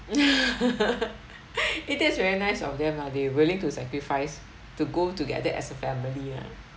it is very nice of them lah they willing to sacrifice to go together as a family ah